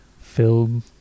Film